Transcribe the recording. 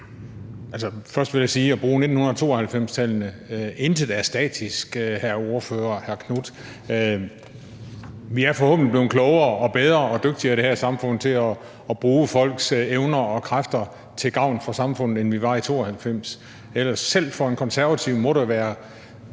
Først vil jeg sige til det at bruge 1992-tallene, at intet er statisk, hr. Marcus Knuth. Vi er forhåbentlig blevet klogere og bedre og dygtigere i det her samfund til at bruge folks evner og kræfter til gavn for samfundet, end vi var i 1992. Selv for en konservativ må der være